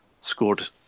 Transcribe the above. scored